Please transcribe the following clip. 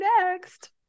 next